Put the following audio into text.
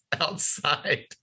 outside